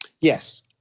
Yes